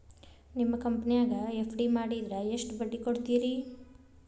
ನಿಮ್ಮ ಕಂಪನ್ಯಾಗ ಎಫ್.ಡಿ ಮಾಡಿದ್ರ ಎಷ್ಟು ಬಡ್ಡಿ ಕೊಡ್ತೇರಿ?